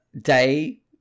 day